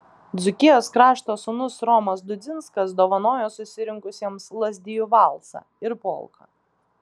dzūkijos krašto sūnus romas dudzinskas dovanojo susirinkusiems lazdijų valsą ir polką